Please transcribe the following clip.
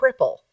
cripple